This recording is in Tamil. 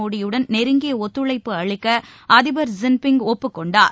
மோடியுடன் நெருங்கிய ஒத்துழைப்பு அளிக்க அதிபர் ஜின்பிய் ஒப்புக் கொண்டார்